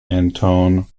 antoine